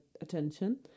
attention